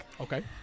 Okay